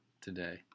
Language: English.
today